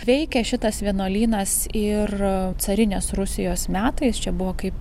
veikė šitas vienuolynas ir carinės rusijos metais čia buvo kaip